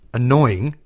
annoying,